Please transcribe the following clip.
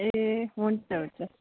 ए हुन्छ हुन्छ